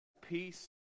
peace